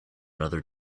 another